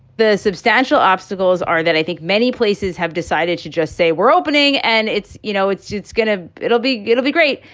the substantial obstacles are that i think many places have decided to just say we're opening and it's you know, it's it's going to it'll be it'll be great.